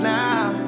now